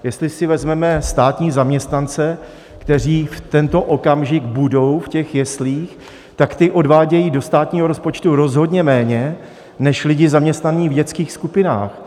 Jestli si vezmeme státní zaměstnance, kteří v tento okamžik budou v těch jeslích, tak ti odvádějí do státního rozpočtu rozhodně méně než lidi zaměstnaní v dětských skupinách.